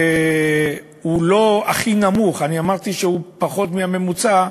והוא לא הכי נמוך, אמרתי שהוא פחות מהממוצע,